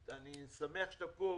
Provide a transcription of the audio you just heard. אני שמח שאתה פה,